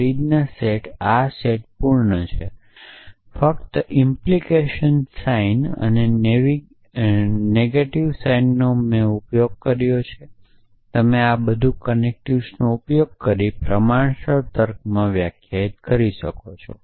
fridge set આ set પૂર્ણ છે ફક્ત ઇમ્પ્લિકેશન સાઇન અને નેગેટિવ સાઇનનો ઉપયોગ કરો અને તમે આ બધું કનેક્ટિવ્સનો ઉપયોગ કરીને પ્રમાણસર તર્ક માં વ્યક્ત કરી શકો છો